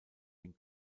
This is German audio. den